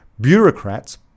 bureaucrats